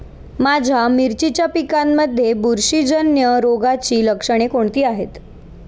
माझ्या मिरचीच्या पिकांमध्ये बुरशीजन्य रोगाची लक्षणे कोणती आहेत?